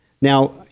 Now